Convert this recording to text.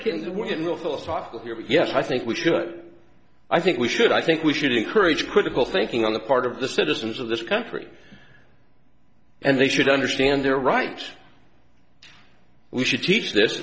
kinswoman real philosophical here but yes i think we should i think we should i think we should encourage critical thinking on the part of the citizens of this country and they should understand their rights we should teach this